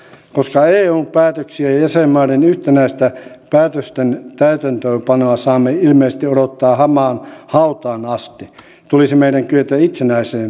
koska eun päätöksiä ja jäsenmaiden yhtenäistä päätösten täytäntöönpanoa saamme ilmeisesti odottaa hamaan hautaan asti tulisi meidän kyetä itsenäiseen päätöksentekoon